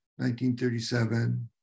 1937